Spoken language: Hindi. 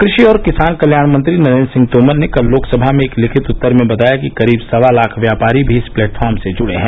कृषि और किसान कल्याण मंत्री नरेन्द्र सिंह तोमर ने कल लोकसभा में एक लिखित उत्तर में बताया कि करीब सवा लाख व्यापारी भी इस प्लैटफार्म से जुड़े हैं